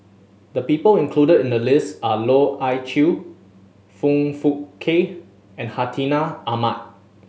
the people included in the list are Loh Ah Chee Foong Fook Kay and Hartinah Ahmad